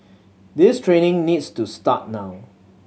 this training needs to start now